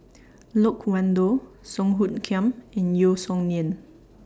Loke Wan Tho Song Hoot Kiam and Yeo Song Nian